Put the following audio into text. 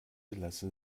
lassen